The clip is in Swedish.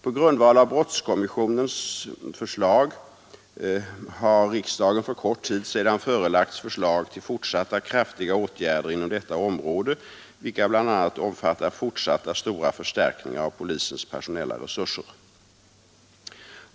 På grundval av brottskommissionens betänkande har riksdagen för en kort tid sedan förelagts förslag till fortsatta kraftiga åtgärder inom detta område, vilka bl.a. omfattar fortsatta stora förstärkningar av polisens personella resurser.